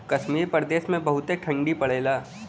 कश्मीर प्रदेस मे बहुते ठंडी पड़ेला